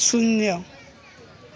शून्य